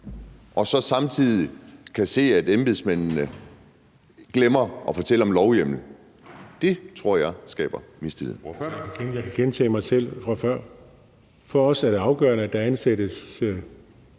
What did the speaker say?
man så samtidig kan se, at embedsmændene glemmer at fortælle om lovhjemmel, tror jeg skaber mistillid.